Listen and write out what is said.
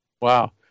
Wow